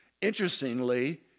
Interestingly